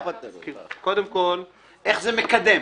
איך זה מקדם?